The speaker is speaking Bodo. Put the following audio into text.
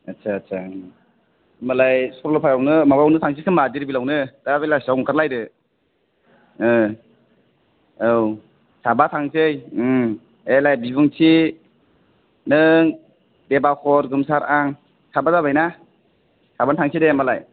आछा आछा होमबालाय सरलपारायावनो माबायावनो थांसै खोमो दिरबिल आवनो दा बेलासिआव आंखारलायदो आव साबा थांसै एलाइ बिबुंथि नों देबाकर गोमसार आं साबा जाबाय ना साबा थांसै दे होमबालाय